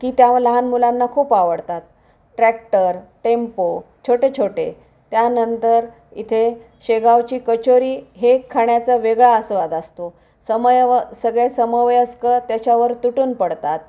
की त्या लहान मुलांना खूप आवडतात ट्रॅक्टर टेम्पो छोटे छोटे त्यानंतर इथे शेगावची कचोरी हे खाण्याचा वेगळा आस्वाद आसतो समयव सगळे समवयस्क त्याच्यावर तुटून पडतात